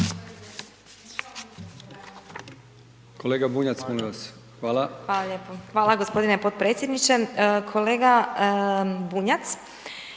Hvala